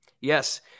Yes